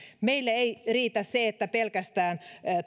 meille ei ei riitä se että pelkästään